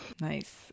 Nice